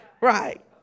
right